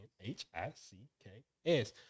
H-I-C-K-S